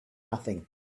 nothing